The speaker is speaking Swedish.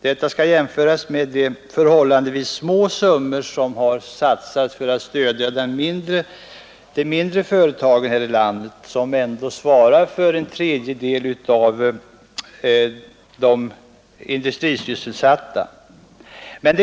Detta skall jämföras med de förhållandevis små summor som har satsats på att stödja och utveckla de mindre företagen, som ändå svarar för cirka en tredjedel av de industrisysselsatta här i landet.